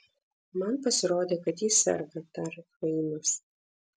man pasirodė kad ji serga tarė fainas